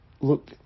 look